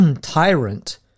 tyrant